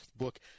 book